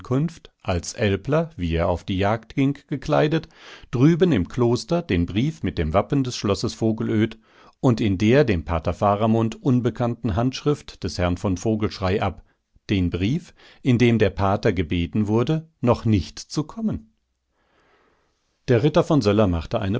als älpler wie er auf die jagd ging gekleidet drüben im kloster den brief mit dem wappen des schlosses vogelöd und in der dem pater faramund unbekannten handschrift des herrn von vogelschrey ab den brief in dem der pater gebeten wurde noch nicht zu kommen der ritter von söller machte eine